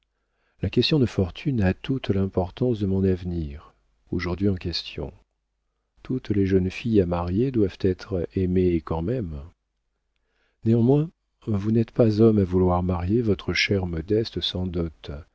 la question de fortune a toute l'importance de mon avenir aujourd'hui en question toutes les jeunes filles à marier doivent être aimées quand même néanmoins vous n'êtes pas homme à vouloir marier votre chère modeste sans dot